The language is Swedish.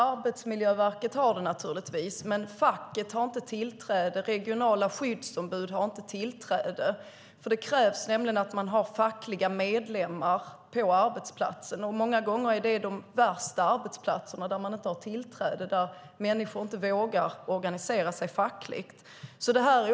Arbetsmiljöverket har det naturligtvis, men facket har inte tillträde och regionala skyddsombud har inte tillträde. Det krävs nämligen att man har fackliga medlemmar på arbetsplatsen, och många gånger är det de värsta arbetsplatserna som man inte har tillträde till, där människor inte vågar organisera sig fackligt.